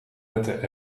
netten